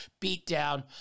beatdown